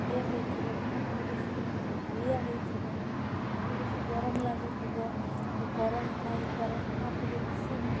ଇଏ ହେଇଯିବ ଗରମରେ ବେଶୀ ହାଲିଆ ହେଇଯିବ ତାଙ୍କେ ବେଶୀ ଗରମ ଲାଗୁଥିବ ଯେ କରେଣ୍ଟ ନାଇଁ କରେଣ୍ଟ ନଥିଲେ ବେଶୀ